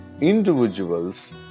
individuals